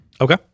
Okay